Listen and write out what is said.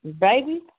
baby